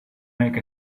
make